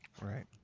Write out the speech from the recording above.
Right